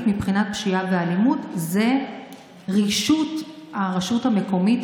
מבחינת פשיעה ואלימות הוא רישות הרשות המקומית,